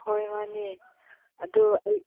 ꯍꯣꯏ ꯃꯥꯅꯦ ꯑꯗꯣ ꯑꯩ